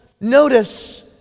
notice